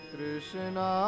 Krishna